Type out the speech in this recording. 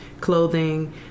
clothing